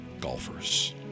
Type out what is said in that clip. golfers